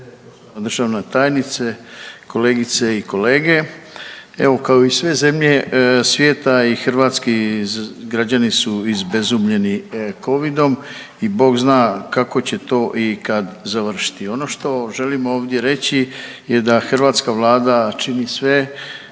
državna tajnice, kolegice i kolege. Evo kao i sve zemlje svijeta i hrvatski građani su izbezumljeni Covid-om i Bog zna kako će to i kada završiti. Ono što želim ovdje reći je da hrvatska Vlada čini sve